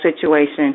situation